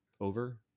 Over